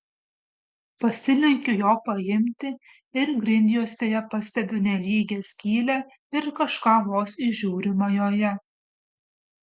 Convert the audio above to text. pasilenkiu jo paimti ir grindjuostėje pastebiu nelygią skylę ir kažką vos įžiūrima joje